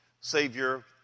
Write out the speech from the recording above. Savior